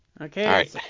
okay